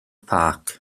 park